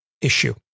issue